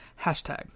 hashtag